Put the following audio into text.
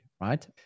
right